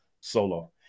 solo